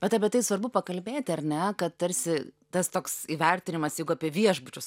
bet apie tai svarbu pakalbėti ar ne tarsi tas toks įvertinimas juk apie viešbučius